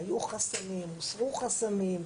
הועלו חסמים, הוסרו חסמים?